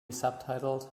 subtitled